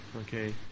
Okay